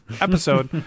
episode